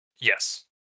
yes